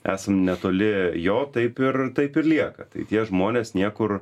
esam netoli jo taip ir taip ir lieka tai tie žmonės niekur